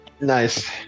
Nice